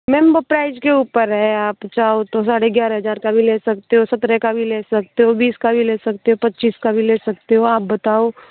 ma'am वो price के ऊपर है आप चाहो तो साढ़े ग्यारह हज़ार का भी ले सकते हो सत्रह का ले सकते हो बीस का भी ले सकते हो पच्चीस का भी ले सकते हो आप बताओ